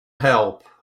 help